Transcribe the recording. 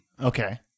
Okay